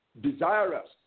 desirous